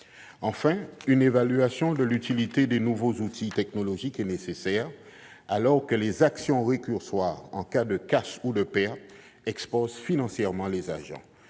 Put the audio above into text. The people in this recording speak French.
Enfin, une évaluation de l'utilité des nouveaux outils technologiques est nécessaire, alors que les actions récursoires en cas de casse ou de perte exposent financièrement les agents,